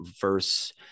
verse